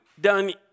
done